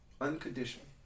Unconditional